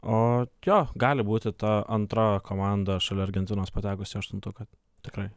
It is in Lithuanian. o jo gali būti ta antra komanda šalia argentinos patekusių į aštuntuką tikrai